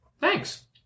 Thanks